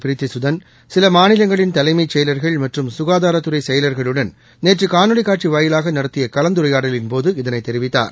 ப்ரித்தி சுதன் சில மாநிலங்களின் தலைமைச் செயலா்கள் மற்றும் சுகாதாரத்துறை செயல்களுடன் நேற்று காணொலி காட்சி வாயிலாக நடத்திய கலந்துரையாடலின் போது இதனை அவர் தெரிவித்தார்